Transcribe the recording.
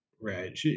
Right